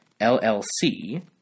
LLC